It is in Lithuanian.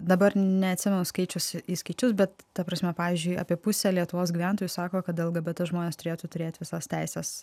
dabar neatsimenu skaičius į skaičius bet ta prasme pavyzdžiui apie pusė lietuvos gyventojų sako kad lgbt žmonės turėtų turėti visas teises